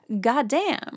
goddamn